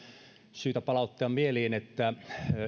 syytä palauttaa mieliin että